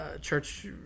church